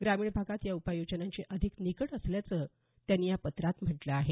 ग्रामीण भागात या उपाययोजनांची अधिक निकड असल्याचं त्यांनी या पत्रात म्हटलं आहे